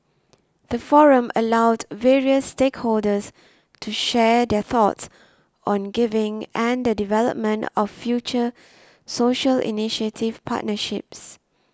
the forum allowed various stakeholders to share their thoughts on giving and the development of future social initiative partnerships